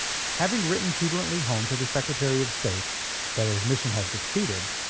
having written jubilantly home to the secretary of state that his mission had succeeded,